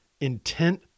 Intent